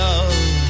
Love